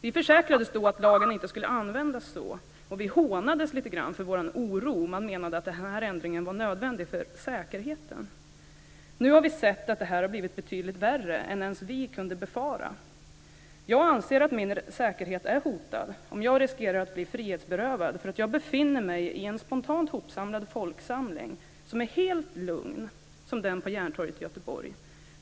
Vi försäkrades då att lagen inte skulle användas så, och vi hånades lite grann för vår oro. Man menade att ändringen var nödvändig för säkerheten. Nu har vi sett att det har blivit betydligt värre än ens vi kunde befara. Jag anser att min säkerhet är hotad om jag riskerar att bli frihetsberövad för att jag befinner mig i en spontant ihopsamlad folksamling som är helt lugn - som den på Järntorget i Göteborg.